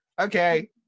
Okay